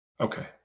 Okay